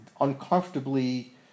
uncomfortably